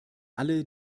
alle